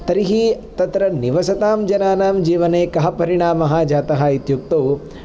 तर्हि तत्र निवसतां जनानां जीवने कः परिणामः जातः इत्युक्तौ